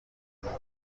kaba